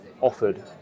offered